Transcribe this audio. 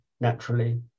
naturally